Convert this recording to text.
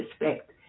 respect